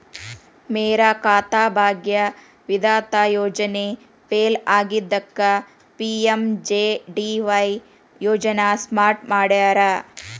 ಮೇರಾ ಖಾತಾ ಭಾಗ್ಯ ವಿಧಾತ ಯೋಜನೆ ಫೇಲ್ ಆಗಿದ್ದಕ್ಕ ಪಿ.ಎಂ.ಜೆ.ಡಿ.ವಾಯ್ ಯೋಜನಾ ಸ್ಟಾರ್ಟ್ ಮಾಡ್ಯಾರ